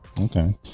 Okay